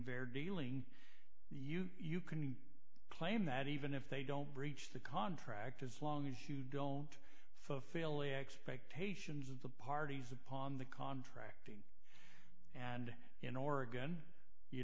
healing you you can claim that even if they don't breach the contract as long as you don't fulfill the expectations of the parties upon the contract and in oregon you